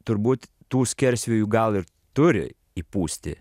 turbūt tų skersvėjų gal ir turi įpūsti